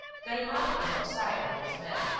ganimard is outside, with his men.